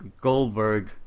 Goldberg